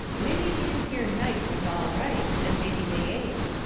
mebby these here nights is all right, and mebby they ain't.